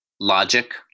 Logic